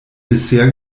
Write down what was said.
dessert